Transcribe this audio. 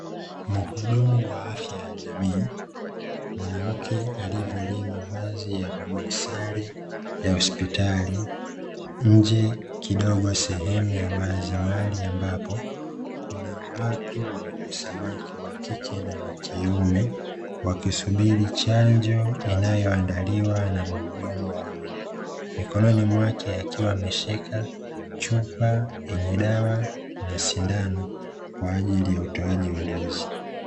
Muhudumu wa afya ya jamii, mwanamke aliyevaliya mavazi ya bluu, sare ya hospitali nje kidogo sehemu ya wazi, mahali ambapo kuna watu wamekusanyika, wa kike na wa kiume, wakisubiri chanjo inayoandaliwa na mhudumu wa huyo, mikononi mwake akiwa ameshika chupa yenye dawa na sindano kwa ajili ya utoaji wa dozi.